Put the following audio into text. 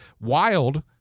Wild